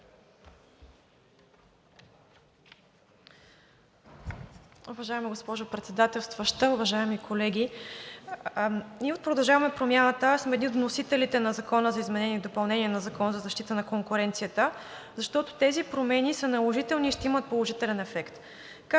Уважаема госпожо Председателстваща, уважаеми колеги! Ние от „Продължаваме Промяната“ сме едни от вносителите на Законопроекта за изменение и допълнение на Закона за защита на конкуренцията, защото тези промени са наложителни и ще имат положителен ефект.